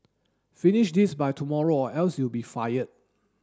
finish this by tomorrow or else you'll be fired